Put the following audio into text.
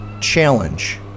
challenge